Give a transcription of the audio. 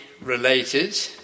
related